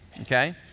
okay